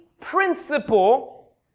principle